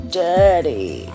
dirty